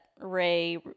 Ray